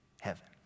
heaven